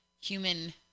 Human